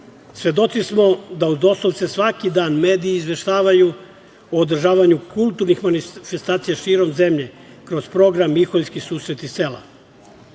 Srbiji. Svedoci smo da doslovce svaki dan mediji izveštavaju o održavanju kulturnih manifestacija širom zemlje kroz program „Miholjski susreti sela“.